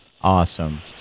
Awesome